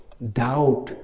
Doubt